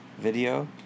video